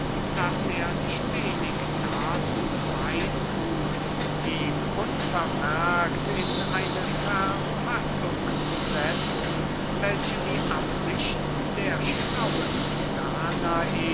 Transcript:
daß er nicht wenig dazu beitrug ihn unvermerkt in eine verfassung zu setzen welche die absichten der schlauen danae